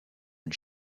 une